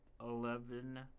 eleven